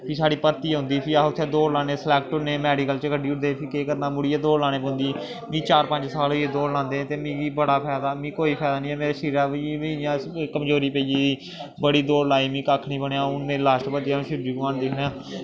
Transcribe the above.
फ्ही साढ़ी भर्ती औंदी फ्ही अस उत्थें दौड़ लान्ने स्लैक्ट होन्ने मैडिकल चा कड्डी ओड़दे फ्ही केह् करना मुड़ियै दौड़ लाने पौंदी में चार पंज साल होई गे दौड़ लांदे ते मिगी बड़ा फैदा मिगी कोई फैदा निं ऐ मिगी शरीरा पर बी इ'यां कमजोरी पेई गेदी बड़ी दौड़ लाई मीं कक्ख निं बनेआ में हून मेरी लास्ट भर्ती ऐ हून शिवजी भगवान दी दया कन्नै होई